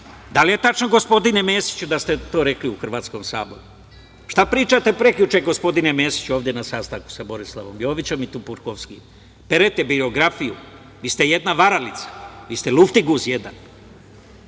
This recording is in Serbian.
Da li je tačno gospodine Mesiću da ste to rekli u hrvatskom Saboru? Šta pričate prekjuče gospodine Mesiću ovde na sastanku sa Borislavom Jovićem i Turpovskim. Perete biografiju. Vi ste jedna varalica, vi ste luftiguz jedan,